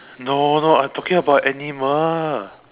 no no I talking about animal